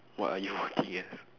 what are you working as